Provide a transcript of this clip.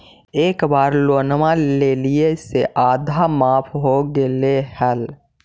एक बार लोनवा लेलियै से आधा माफ हो गेले हल?